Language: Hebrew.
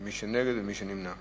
מי בעד ומי נגד ומי נמנע.